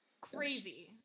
crazy